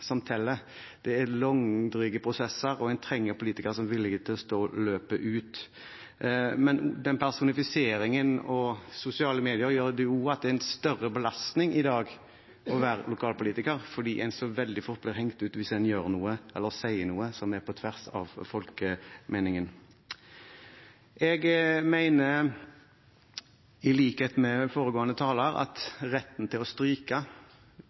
som teller. Det er langdryge prosesser, og en trenger politikere som er villige til å stå løpet ut. Men personifiseringen – og sosiale medier – gjør også at det er en større belastning i dag å være lokalpolitiker, fordi en veldig fort blir hengt ut hvis en gjør noe eller sier noe som går på tvers av folkemeningen. Jeg mener – i likhet med foregående taler – at retten til å stryke